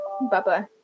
Bye-bye